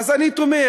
אז אני תומך.